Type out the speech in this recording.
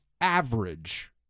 average